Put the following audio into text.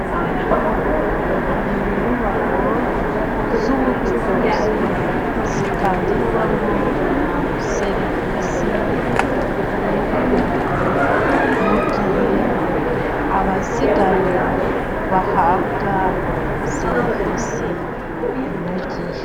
Ni inyubako z'ubucuruzi, zitangirwamo serivisi yo guhaha, mu gihe abazigana bahabwa serivisi inogeye.